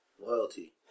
Loyalty